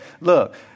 look